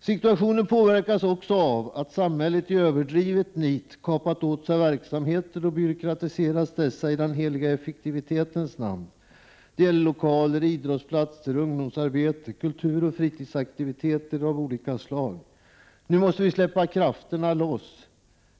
Situationen påverkas också av att samhället i överdrivet nit kapat åt sig verksamheter och byråkratiserat dessa i den heliga effektivitetens namn. Det gäller lokaler, idrottsplatser, ungdomsarbete och kulturoch fritidsaktiviteter av olika slag. Nu måste vi släppa krafterna loss!